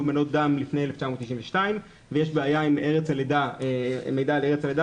מנות דם מ-1992 ויש בעיה עם מידע על ארץ הלידה,